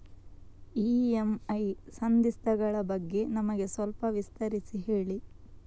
EMI ಸಂಧಿಸ್ತ ಗಳ ಬಗ್ಗೆ ನಮಗೆ ಸ್ವಲ್ಪ ವಿಸ್ತರಿಸಿ ಹೇಳಿ